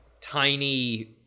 tiny